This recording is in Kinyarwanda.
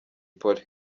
polly